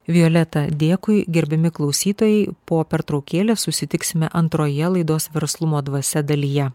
violeta dėkui gerbiami klausytojai po pertraukėlės susitiksime antroje laidos verslumo dvasia dalyje